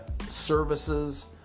services